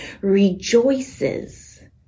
rejoices